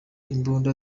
imbunda